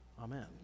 Amen